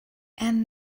and